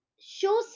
shows